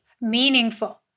meaningful